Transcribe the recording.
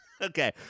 Okay